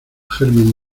germen